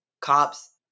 cops